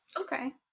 Okay